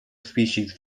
species